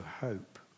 hope